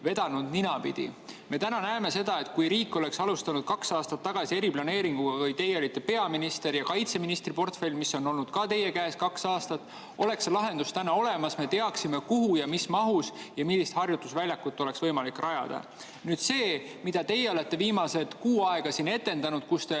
veetud ninapidi. Me täna näeme seda, et kui riik oleks alustanud eriplaneeringut kaks aastat tagasi, kui teie olite peaminister, ja kaitseministri portfell on olnud samuti teie käes kaks aastat, oleks see lahendus olemas. Me teaksime, kuhu ja mis mahus ja millist harjutusvälja oleks võimalik rajada. Nüüd see, mida teie olete viimased kuu aega siin etendanud: te